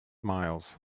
miles